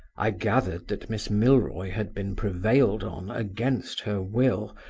i gathered that miss milroy had been prevailed on, against her will,